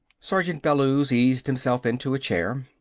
sergeant bellews eased himself into a chair.